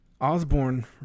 Osborne